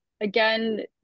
again